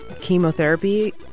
chemotherapy